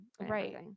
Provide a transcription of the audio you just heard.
right